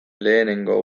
lehengo